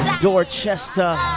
Dorchester